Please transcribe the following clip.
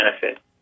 benefit